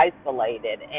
isolated